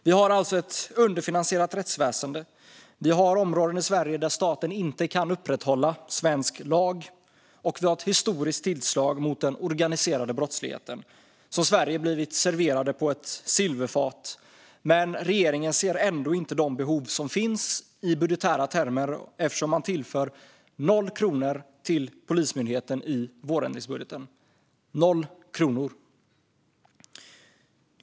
Vi har alltså ett underfinansierat rättsväsen, vi har områden i Sverige där staten inte kan upprätthålla svensk lag och vi har ett historiskt tillslag mot den organiserade brottsligheten - som Sverige har blivit serverat på ett silverfat. Men regeringen ser ändå inte de behov som finns i budgetära termer eftersom man tillför noll kronor till Polismyndigheten i vårändringsbudgeten - noll kronor!